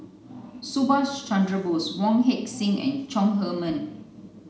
Subhas Chandra Bose Wong Heck Sing and Chong Heman